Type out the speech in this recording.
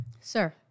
Sir